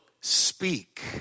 speak